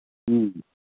ꯎꯝ